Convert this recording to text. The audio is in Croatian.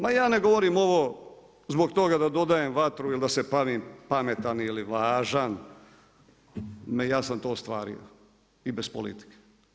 Ma ja ne govorim ovo zbog toga da dodajem vatru ili da se pravim pametan ili važan, ja sam to ostvario i bez politike.